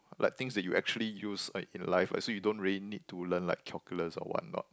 like things that you actually use like in life as so you don't really need to learn like calculus or what not